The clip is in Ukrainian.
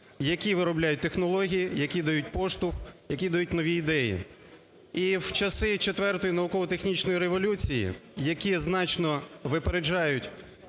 які виробляють технології, які дають поштовх, які дають нові ідеї. І в часи четвертої науково-технічної революції, які значно випереджають